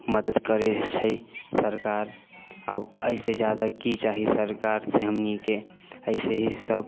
मदद करैत छै सरकार आब एहि से जादा की चाही सरकार से हमनीके ऐसे ही सब